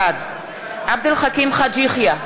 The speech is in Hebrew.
בעד עבד אל חכים חאג' יחיא,